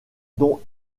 dont